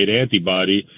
antibody